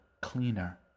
cleaner